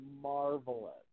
marvelous